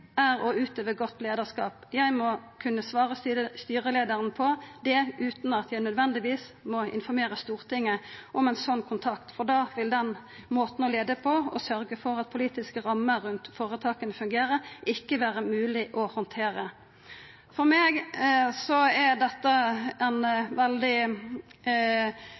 å utøve godt lederskap. Jeg må kunne svare styrelederen på det uten at jeg nødvendigvis må informere Stortinget om en sånn kontakt, for da vil den måten å lede på, å sørge for at politiske rammer rundt foretakene fungerer, ikke være mulig å håndtere.» For meg er dette ei veldig